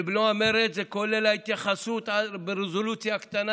ובמלוא המרץ זה כולל התייחסות לרזולוציה הקטנה